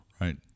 right